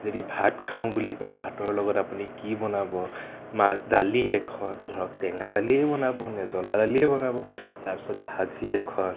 যদি ভাত খাওঁ বুলি কয় ভাতৰ লগত আপুনি কি বনাব মা দালি এখন ধৰক টেঙা দালিয়ে বনাব নে জ্বলা দালিয়ে বনাৰ তাছত ভাজি এখন